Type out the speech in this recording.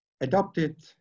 adopted